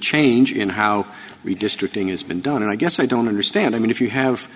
change in how redistricting has been done and i guess i don't understand i mean if you have